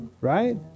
right